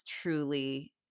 truly